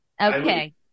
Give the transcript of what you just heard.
Okay